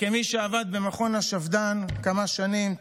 כמי שעבד במכון השפד"ן כמה שנים,